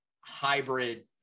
hybrid